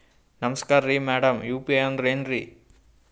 ನಮಸ್ಕಾರ್ರಿ madam UPI ಅಂದ್ರೆನ್ರಿ?